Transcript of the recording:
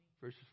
verses